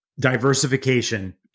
diversification